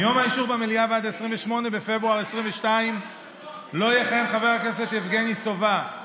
מיום האישור במליאה ועד 28 בפברואר 2022 לא יכהן חבר הכנסת יבגני סובה,